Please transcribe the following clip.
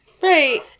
Right